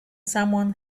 someone